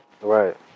right